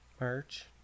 merch